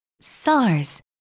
SARS